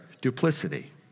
duplicity